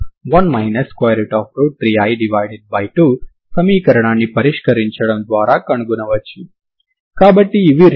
u1xt మరియు u2xt రెండు పరిష్కారాలు అనుకోండి